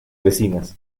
vecinas